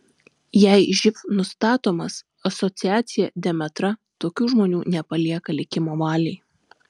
jei živ nustatomas asociacija demetra tokių žmonių nepalieka likimo valiai